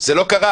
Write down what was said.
זה לא קרה.